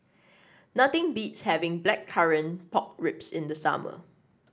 nothing beats having Blackcurrant Pork Ribs in the summer